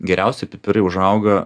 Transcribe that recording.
geriausi pipirai užauga